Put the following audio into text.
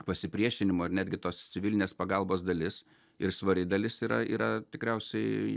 pasipriešinimo ir netgi tos civilinės pagalbos dalis ir svari dalis yra yra tikriausiai